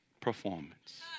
performance